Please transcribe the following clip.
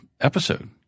episode